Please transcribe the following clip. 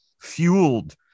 fueled